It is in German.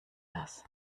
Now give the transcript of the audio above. das